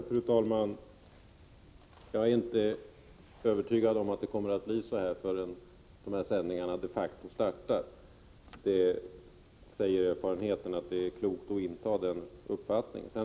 Fru talman! Jag är inte övertygad om att det kommer att bli så, förrän sändningarna de facto startar. Erfarenheten säger att det är klokt att inta den ståndpunkten.